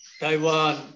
Taiwan